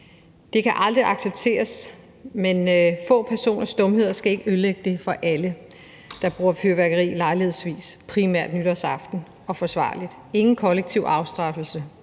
Det kan aldrig accepteres, men få personers dumheder skal ikke ødelægge det for alle dem, der bruger fyrværkeri lejlighedsvis og forsvarligt, primært nytårsaften. Vi skal ikke have nogen kollektiv afstraffelse,